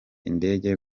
indege